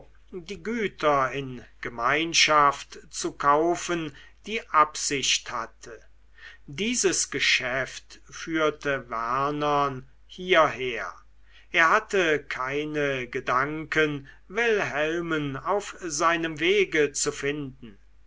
die güter in gemeinschaft zu kaufen die absicht hatte dieses geschäft führte wernern hierher er hatte keine gedanken wilhelmen auf seinem wege zu finden